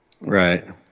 Right